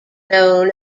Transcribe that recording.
known